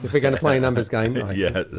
if we're going to play a numbers game, yeah yeah